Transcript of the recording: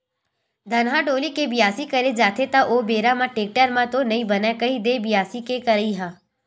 धनहा डोली के बियासी करे जाथे त ओ बेरा म टेक्टर म तो नइ बनय कही दे बियासी के करई ह?